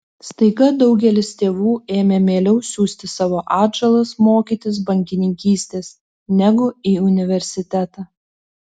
staiga daugelis tėvų ėmė mieliau siųsti savo atžalas mokytis bankininkystės negu į universitetą